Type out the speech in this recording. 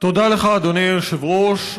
תודה לך, אדוני היושב-ראש.